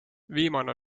viimane